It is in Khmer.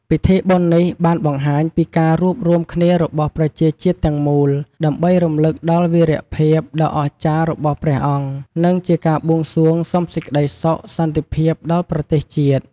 ពិធីបុណ្យនេះបានបង្ហាញពីការរួបរួមគ្នារបស់ប្រជាជាតិទាំងមូល ដើម្បីរំលឹកដល់វីរភាពដ៏អស្ចារ្យរបស់ព្រះអង្គ និងជាការបួងសួងសុំសេចក្ដីសុខសន្តិភាពដល់ប្រទេសជាតិ។